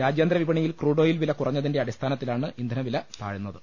രാജ്യാന്തര വിപണിയിൽ ക്രൂഡോയിൽ വില കുറഞ്ഞതിന്റെ അടിസ്ഥാനത്തി ലാണ് ഇന്ധനവില താഴ്ന്നത്